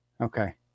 Okay